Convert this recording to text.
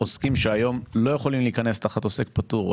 העוסקים שהיום לא יכולים להיכנס תחת עוסק פטור,